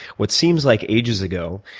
what seems like ages ago,